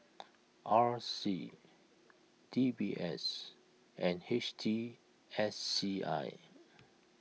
R C D B S and H T S C I